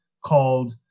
called